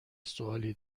سوالی